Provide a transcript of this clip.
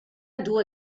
due